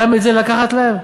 גם את זה לקחת להן?